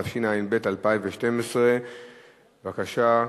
התשע"ב 2012. בבקשה,